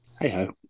Hey-ho